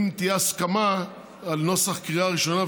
אבל אם תהיה הסכמה על הנוסח לקריאה ראשונה,